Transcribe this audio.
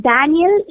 Daniel